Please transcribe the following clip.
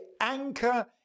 anchor